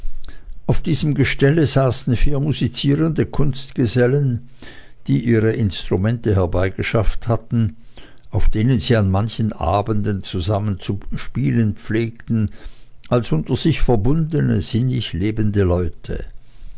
auf diesem gestelle saßen vier musizierende kunstgesellen die ihre instrumente herbeigeschafft hatten auf denen sie an manchen abenden zusammen zu spielen pflegten als unter sich verbundene sinnig lebende leute